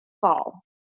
fall